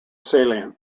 salient